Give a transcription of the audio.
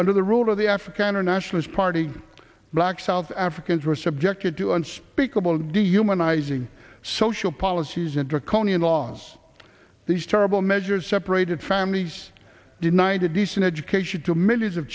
under the rule of the afrikaner nationalist party black south africans were subjected to unspeakable do human izing social policies and draconian laws these terrible measures separated families denied a decent education to millions of